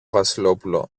βασιλόπουλο